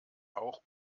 auch